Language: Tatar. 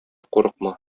курыкма